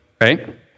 right